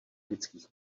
lidských